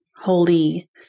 Holy